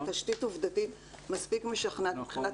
תשתית עובדתית מספיק משכנעת מבחינת